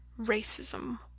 racism